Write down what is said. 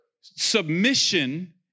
submission